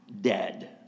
dead